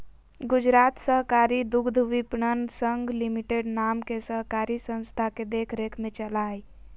गुजरात सहकारी दुग्धविपणन संघ लिमिटेड नाम के सहकारी संस्था के देख रेख में चला हइ